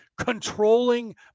controlling